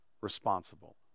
responsible